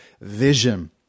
vision